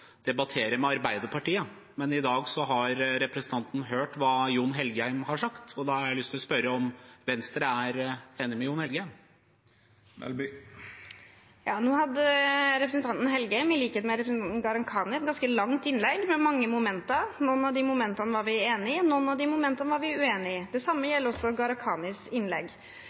debattere med Arbeiderpartiet. Men i dag har representanten hørt hva Jon Engen-Helgheim har sagt, og da har jeg lyst til å spørre om Venstre er enig med ham. Nå hadde representanten Engen-Helgheim i likhet med representanten Gharahkhani et ganske langt innlegg med mange momenter. Noen av de momentene var vi enig i, noen av de momentene var vi uenig i. Det samme gjelder Gharahkhanis innlegg. Som jeg også